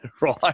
right